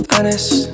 Honest